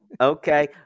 Okay